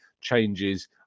changes